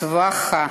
צווחה,